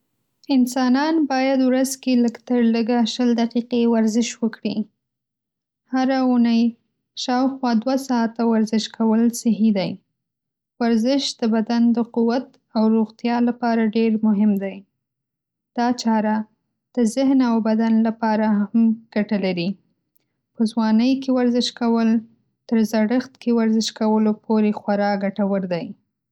انسانان باید ورځ کې لږ تر لږه شل دقیقې ورزش وکړي. هره اونۍ شاوخوا دوه ساعته ورزش کول صحي دی. ورزش د بدن د قوت او روغتیا لپاره ډېر مهم دی. دا چاره د ذهن او بدن لپاره هم ګټه لري. په ځوانۍ کې ورزش کول تر زړښت کې ورزش کولو پورې خورا ګټور دی.